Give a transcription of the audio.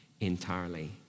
entirely